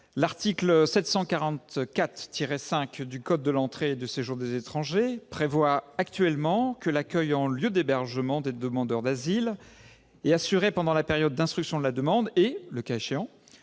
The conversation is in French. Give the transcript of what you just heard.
L'article L. 744-5 du code de l'entrée et du séjour des étrangers et du droit d'asile prévoit que l'accueil en lieu d'hébergement des demandeurs d'asile est assuré pendant la période d'instruction de la demande et, le cas échéant,